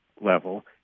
level